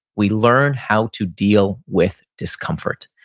we learn how to deal with discomfort.